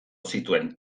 zituen